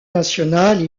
nationale